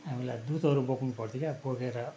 हामीलाई दुधहरू बोक्नु पर्थ्यो क्या बोकेर